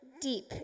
deep